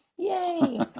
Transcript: Yay